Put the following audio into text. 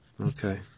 Okay